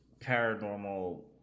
paranormal